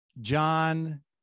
John